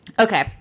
okay